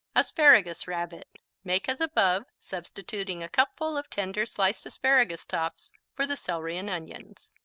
asparagus rabbit make as above, substituting a cupful of tender sliced asparagus tops for the celery and onion.